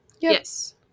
Yes